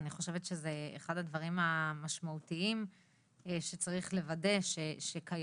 אני חושבת שזה אחד הדברים המשמעותיים שצריך לוודא שקיימים.